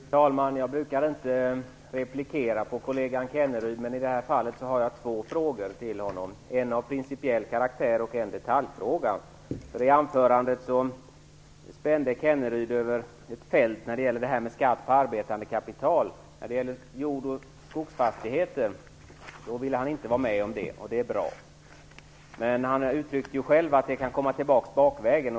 Fru talman! Jag brukar inte replikera på kollegan Rolf Kenneryd, men i det här fallet har jag två frågor till honom - en av principiell karaktär och en detaljfråga. I sitt anförande spände Rolf Kenneryd över ett brett fält när det gäller skatt på arbetande kapital. Han ville inte vara med om det beträffande jord och skogsfastigheter, och det är bra. Han uttryckte själv att det kan komma tillbaka bakvägen.